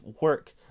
work